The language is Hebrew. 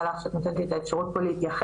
לך שאת נותנת לי את האפשרות פה להתייחס.